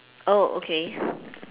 okay